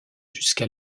jusqu’à